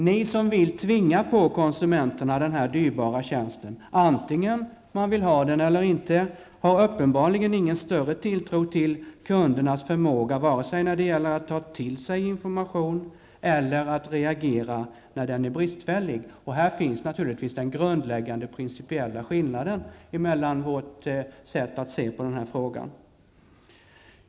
Ni som vill tvinga på konsumenterna den här dyrbara tjänsten, oavsett om de vill ha den eller inte, har uppenbarligen ingen större tilltro till kundernas förmåga vare sig det gäller att ta till sig information eller att reagera när den är bristfällig. Här finns naturligtvis den grundläggande principiella skillnaden i vårt sätt att se på frågan.